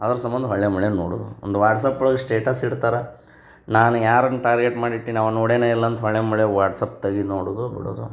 ಅದ್ರ ಸಂಬಂಧ ಹೊಳ್ಳೆ ಮುಳ್ಳೆ ನೋಡೋದು ಒಂದು ವಾಟ್ಸಾಪ್ ಒಳಗೆ ಸ್ಟೇಟಸ್ ಇಡ್ತಾರೆ ನಾನು ಯಾರನ್ನು ಟಾರ್ಗೆಟ್ ಮಾಡಿಟ್ಟಿನಿ ಅವ ನೋಡೇನೆ ಇಲ್ಲಂತ ಹೊಳ್ಳೆ ಮುಳ್ಳೆ ವಾಟ್ಸಪ್ ತಗಿದು ನೋಡುವುದು ಬಿಡೋದು